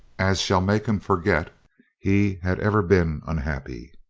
as shall make him forget he had ever been unhappy.